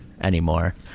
anymore